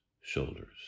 shoulders